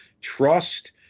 trust